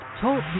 Talk